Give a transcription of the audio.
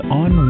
on